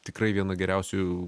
tikrai vienu geriausių